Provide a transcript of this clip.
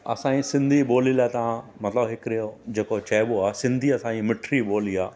असांजी सिंधी ॿोली लाइ तव्हां मतिलबु हिकिड़ो जेके चइबो आहे सिंधी असांजी मिठिड़ी ॿोली आहे